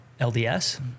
LDS